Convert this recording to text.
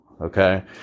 Okay